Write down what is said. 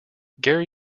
gary